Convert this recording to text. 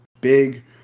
big